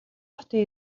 хотын